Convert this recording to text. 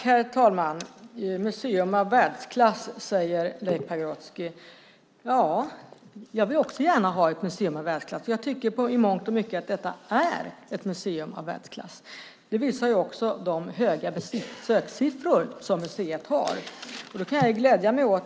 Herr talman! Leif Pagrotsky talar om ett museum av världsklass. Jag vill också gärna ha ett museum av världsklass. Jag tycker att detta i mångt och mycket är ett museum av världsklass. Det visar också de höga besökssiffror som museet har.